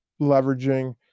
leveraging